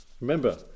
remember